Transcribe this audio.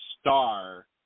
star